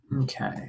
Okay